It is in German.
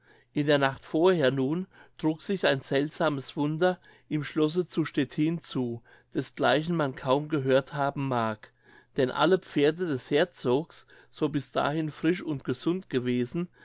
in der nacht vorher nun trug sich ein seltsames wunder im schlosse zu stettin zu desgleichen man kaum gehört haben mag denn alle pferde des herzogs so bis dahin frisch und gesund gewesen